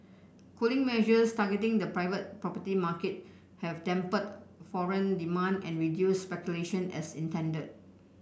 cooling measures targeting the private property market have dampened foreign demand and reduced speculation as intended